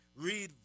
read